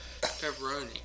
pepperoni